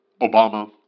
Obama